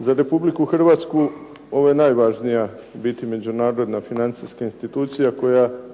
Za Republiku Hrvatsku ovo je najvažnija u biti međunarodna financijska institucija koja